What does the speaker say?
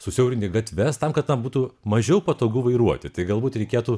susiaurinti gatves tam kad na būtų mažiau patogu vairuoti tai galbūt reikėtų